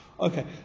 Okay